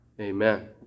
amen